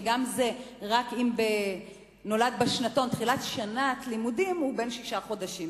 וגם זה רק אם בתחילת שנת לימודים הוא בן שישה חודשים.